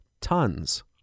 Tons